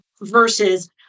versus